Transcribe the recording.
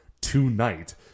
tonight